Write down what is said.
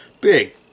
Big